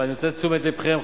ואני רוצה את תשומת לבכם,